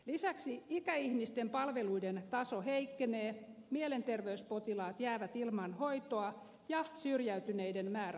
lisäksi ikäihmisten palveluiden taso heikkenee mielenterveyspotilaat jäävät ilman hoitoa ja syrjäytyneiden määrä kasvaa